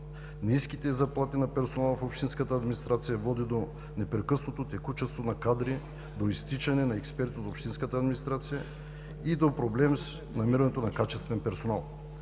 Ниските заплати на персонала в общинската администрация води до непрекъснато текучество на кадри, до изтичане на експерти в общинската администрация и до проблеми с намирането на качествен персонал.